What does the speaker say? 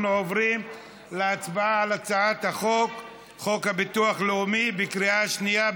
אנחנו עוברים להצבעה על הצעת חוק הביטוח הלאומי בקריאה שנייה,